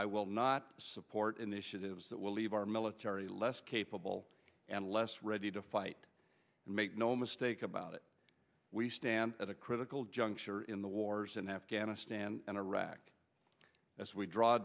i will not support initiatives that will leave our military less capable and less ready to fight and make no mistake about it we stand at a critical juncture in the wars in afghanistan and iraq as we draw